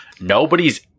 Nobody's